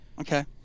Okay